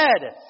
dead